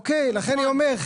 לכן אני אומר,